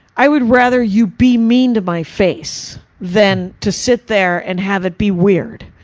i would rather you be mean to my face than to sit there and have it be weird.